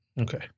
Okay